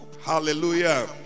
Hallelujah